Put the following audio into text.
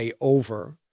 over